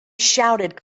shouted